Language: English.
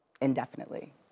indefinitely